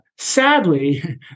Sadly